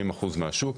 70% מהשוק,